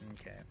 okay